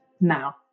now